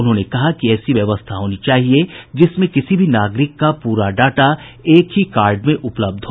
उन्होंने कहा कि ऐसी व्यवस्था होनी चाहिए जिसमें किसी भी नागरिक का पूरा डाटा एक ही कार्ड में उपलब्ध हो